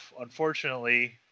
unfortunately